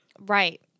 right